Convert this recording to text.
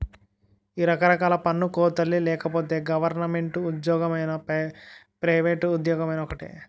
ఈ రకరకాల పన్ను కోతలే లేకపోతే గవరమెంటు ఉజ్జోగమైనా పైవేట్ ఉజ్జోగమైనా ఒక్కటే